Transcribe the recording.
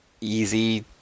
easy